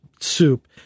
Soup